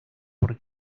por